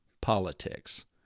politics